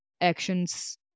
actions